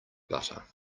butter